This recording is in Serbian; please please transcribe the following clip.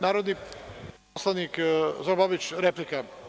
Narodni poslanik Zoran Babić, replika.